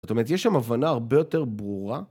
זאת אומרת, יש שם הבנה הרבה יותר ברורה.